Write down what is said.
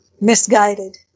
misguided